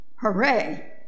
hooray